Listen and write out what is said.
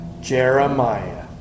Jeremiah